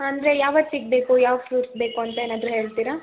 ಅಂದರೆ ಯಾವತ್ತಿಗೆ ಬೇಕು ಯಾವ ಫ್ರೂಟ್ಸ್ ಬೇಕು ಅಂತ ಏನಾದರು ಹೇಳ್ತೀರಾ